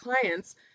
clients